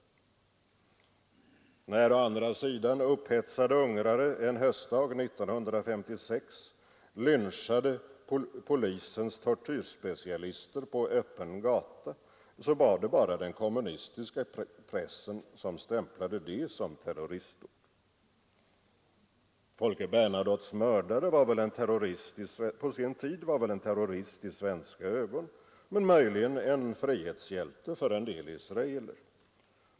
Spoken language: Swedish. När å andra sidan upphetsade ungrare en höstdag 1956 lynchade polisens tortyrspecialister på öppen gata så var det bara den kommunistiska pressen som stämplade det som terroristdåd. Folke Bernadottes mördare var väl på sin tid en terrorist i svenska ögon, men möjligen en frihetshjälte för en del israeler.